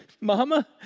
Mama